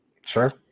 Sure